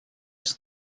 els